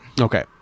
Okay